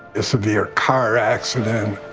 a severe car accident.